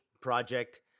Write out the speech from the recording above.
project